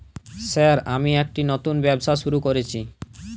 Sir আমি একটি নতুন ব্যবসা শুরু করেছি?